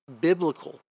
biblical